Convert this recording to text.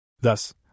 Thus